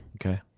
Okay